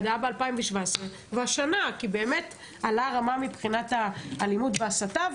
הייתה ב-2017 והשנה כי רמת האלימות וההסתה עלתה.